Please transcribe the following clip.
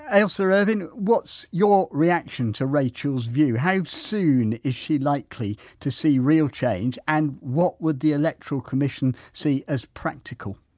ailsa irvine what's your reaction to rachael's view, how soon is she likely to see real change and what would the electoral commission see as practical?